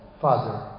Father